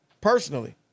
personally